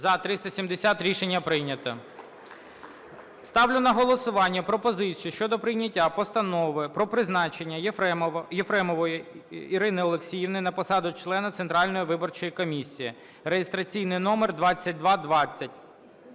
За-370 Рішення прийнято. Ставлю на голосування пропозицію щодо прийняття Постанови про призначення Єфремової Ірини Олексіївни на посаду члена Центральної виборчої комісії (реєстраційний номер 2220).